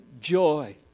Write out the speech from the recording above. joy